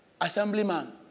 Assemblyman